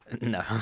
No